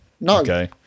No